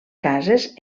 cases